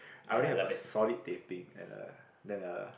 I only have a solid teh peng and a than a